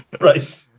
Right